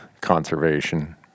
conservation